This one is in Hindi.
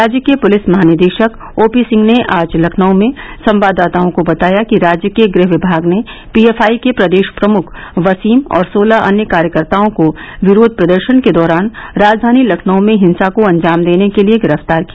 राज्य के पुलिस महानिदेशक ओ पी सिंह ने आज लखनऊ में संवाददाताओं को बताया कि राज्य के गृह विभाग ने पीएफआई के प्रदेश प्रमुख वसीम और सोलह अन्य कार्यकर्ताओं को विरोध प्रदर्शन के दौरान राजधानी लखनऊ में हिंसा को अंजाम देने के लिए गिरफ्तार किया